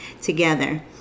together